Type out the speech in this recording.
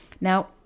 Now